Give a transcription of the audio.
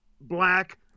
black